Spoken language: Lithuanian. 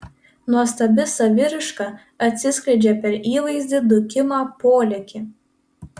nuostabi saviraiška atsiskleidžia per įvaizdį dūkimą polėkį